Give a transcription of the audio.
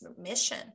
mission